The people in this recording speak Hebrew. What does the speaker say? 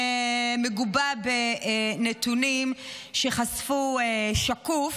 ומגובה בנתונים שחשפו "שקוף",